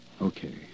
Okay